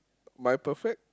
my perfect